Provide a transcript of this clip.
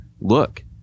look